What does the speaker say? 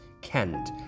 Kent